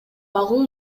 багуу